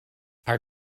our